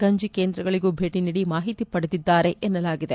ಗಂಜಿಕೇಂದ್ರಗಳಿಗೂ ಭೇಟಿ ನೀಡಿ ಮಾಹಿತಿ ಪಡೆದಿದ್ದಾರೆ ಎನ್ನಲಾಗಿದೆ